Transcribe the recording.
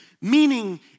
meaning